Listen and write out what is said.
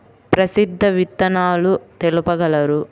ప్రసిద్ధ విత్తనాలు తెలుపగలరు?